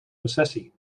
recessie